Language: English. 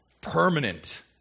Permanent